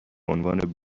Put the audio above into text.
عنوان